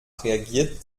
reagiert